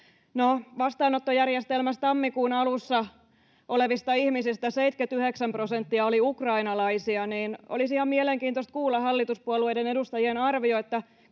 vastaanottojärjestelmässä tammikuun alussa olleista ihmisistä 79 prosenttia oli ukrainalaisia, niin olisi ihan mielenkiintoista kuulla hallituspuolueiden edustajien arvio,